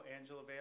Angela